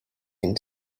and